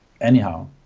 anyhow